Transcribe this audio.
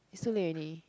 it's too late already